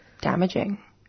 damaging